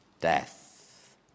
Death